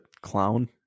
Clown